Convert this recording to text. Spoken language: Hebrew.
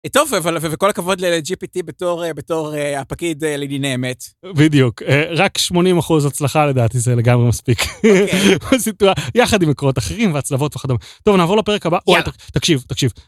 טוב אבל ובכל הכבוד לג'יפי טי בתור בתור הפקיד לדיני אמת. בדיוק רק 80% הצלחה לדעתי זה לגמרי מספיק יחד עם מקורות אחרים והצלבות וכדומה. טוב נעבור לפרק הבא, תקשיב תקשיב.